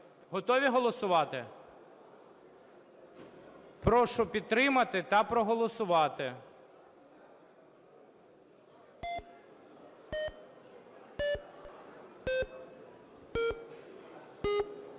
Готові голосувати? Прошу підтримати та проголосувати.